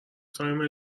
فهیمه